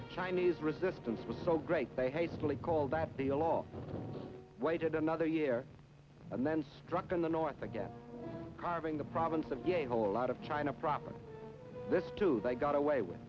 the chinese resistance was so great they hastily called that the law waited another year and then struck in the north again carving the province of gave a lot of china problems this too they got away with